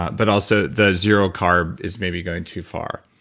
but also, the zero carb is maybe going too far